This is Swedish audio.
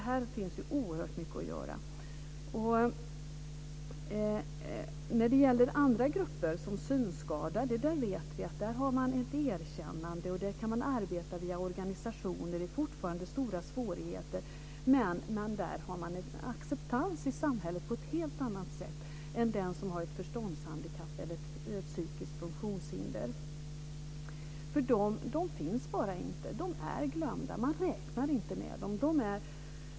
Här finns oerhört mycket att göra. När det gäller andra grupper, som synskadade, vet vi att man har ett erkännande. Där kan man arbeta via organisationer. Det är fortfarande stora svårigheter, men där har man en acceptans i samhället på ett helt annat sätt än man har för dem som har ett förståndshandikapp eller ett psykiskt funktionshinder. De finns bara inte. De är glömda. Man räknar inte med dem.